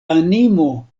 animo